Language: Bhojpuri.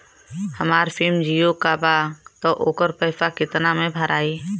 हमार सिम जीओ का बा त ओकर पैसा कितना मे भराई?